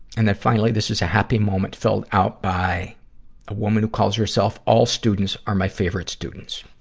and then, finally, this is a happy moment filled out by a woman who calls herself all students are my favorite students.